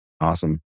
Awesome